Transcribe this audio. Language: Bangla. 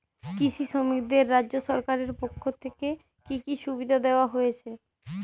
কৃষি শ্রমিকদের রাজ্য সরকারের পক্ষ থেকে কি কি সুবিধা দেওয়া হয়েছে?